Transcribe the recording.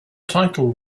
title